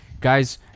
Guys